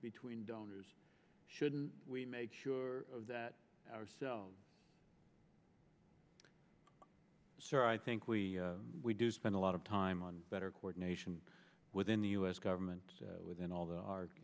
between donors shouldn't we make sure that ourselves sir i think we we do spend a lot of time on better coordination within the u s government within all the a